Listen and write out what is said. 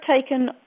taken